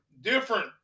different